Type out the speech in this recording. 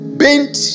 bent